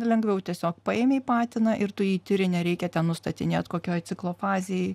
lengviau tiesiog paėmei patiną ir tu jį tiri nereikia ten nustatinėt kokioj ciklo fazėj